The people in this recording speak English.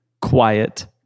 quiet